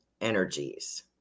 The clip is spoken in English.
energies